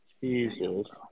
Jesus